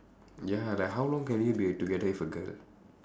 ya like how long can you be together with a girl